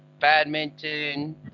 badminton